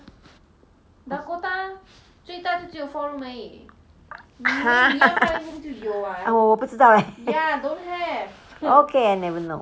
!huh! 我不知道 leh okay I never know